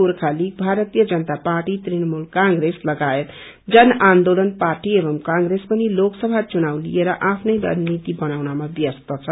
गोर्खा लीगत्र Bharatiya Janata party Trinamool Congress लगायत Jan Andolan party एवमं कांग्रेस पनि लोकसभा चुनाव लिएर आफ्नै रणनीति बनाउनमा व्यस्त छन्